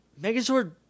Megazord